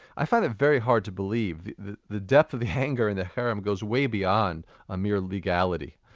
i find it very hard to believe the the depth of the anger in the cherem goes way beyond a mere legality.